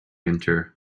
enter